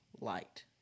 light